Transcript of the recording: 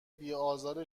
بیآزار